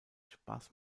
spaß